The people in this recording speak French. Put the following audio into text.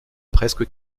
presque